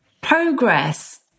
progress